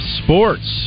sports